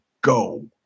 go